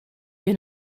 you